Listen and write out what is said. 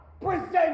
present